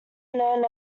known